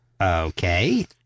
Okay